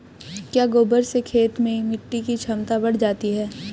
क्या गोबर से खेत में मिटी की क्षमता बढ़ जाती है?